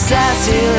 Sassy